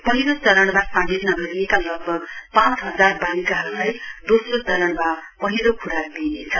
पहिलो चरणमा सामेल नगरिएका लगभग पाँच हाजर बालिकाहरूलाई दोस्रो चरणमा पहिलो ख्राक दिइनेछ